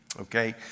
Okay